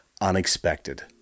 Unexpected